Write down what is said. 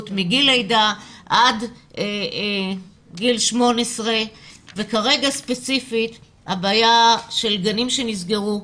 מגיל לידה עד גיל 18. כרגע ספציפית הבעיה של גנים שנסגרו,